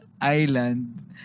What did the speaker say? island